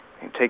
take